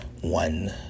One